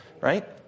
right